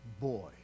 boy